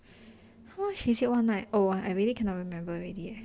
how much is one night oh I really cannot remember already eh